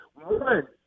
one